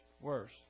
worse